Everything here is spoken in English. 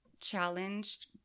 challenged